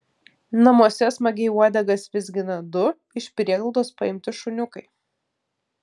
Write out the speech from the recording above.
namuose smagiai uodegas vizgina du iš prieglaudos paimti šuniukai